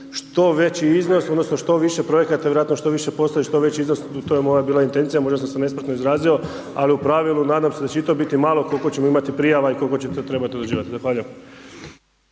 Što veći iznos odnosno što više projekata vjerojatno što više posla i što veći iznos, to je bila moja intencija, možda sam se nespretno izrazio ali u pravilu, nadam se da će i to biti malo koliko ćemo imati prijava i koliko će to trebati odrađivati.